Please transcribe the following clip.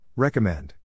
Recommend